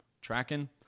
tracking